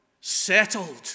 settled